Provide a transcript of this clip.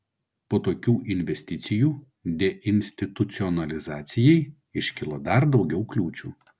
po tokių investicijų deinstitucionalizacijai iškilo dar daugiau kliūčių